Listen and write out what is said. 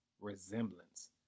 resemblance